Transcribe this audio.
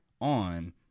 on